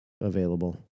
available